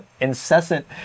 incessant